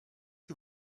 que